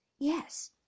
Yes